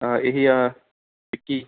ਹਾਂ ਇਹੀ ਆ ਬਿੱਕੀ